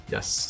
Yes